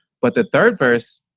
but the third verse